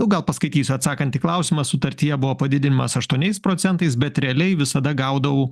nu gal paskaitys atsakant į klausimą sutartyje buvo padidintas aštuoniais procentais bet realiai visada gaudavau